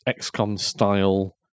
XCOM-style